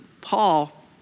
Paul